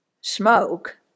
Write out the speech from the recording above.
smoke